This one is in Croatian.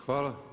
Hvala.